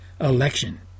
election